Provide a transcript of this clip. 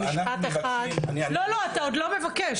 אנחנו מבקשים --- לא, אתה עוד לא מבקש.